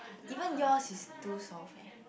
even your is too soft leh